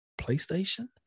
PlayStation